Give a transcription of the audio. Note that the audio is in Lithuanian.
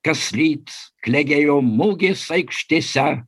kasryt klegėjo mugės aikštėse